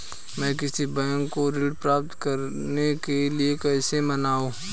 मैं किसी बैंक को ऋण प्राप्त करने के लिए कैसे मनाऊं?